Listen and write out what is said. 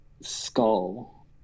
skull